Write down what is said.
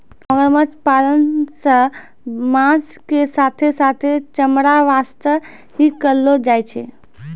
मगरमच्छ पालन सॅ मांस के साथॅ साथॅ चमड़ा वास्तॅ ही करलो जाय छै